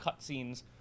cutscenes